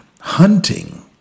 hunting